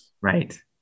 Right